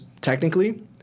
technically